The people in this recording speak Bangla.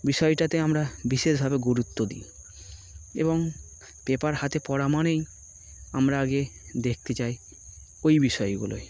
বিষয়টাতে আমরা বিশেষভাবে গুরুত্ব দিই এবং পেপার হাতে পড় মানেই আমরা আগে দেখতে চাই ওই বিষয়গুলোয়